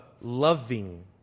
loving